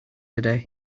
today